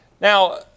Now